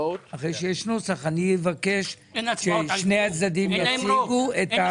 אחרי שיש נוסח אני אבקש ששני הצדדים יציגו את ההסכם.